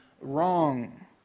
wrong